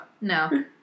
No